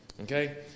Okay